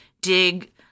dig